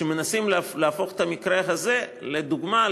מנסים להפוך את המקרה הזה לדוגמה,